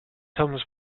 comes